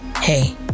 Hey